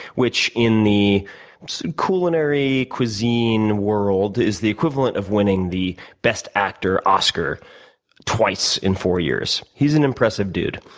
which in the culinary cuisine world is the equivalent of winning the best actor oscar twice in four years. he's an impressive dude.